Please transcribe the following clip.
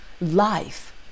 Life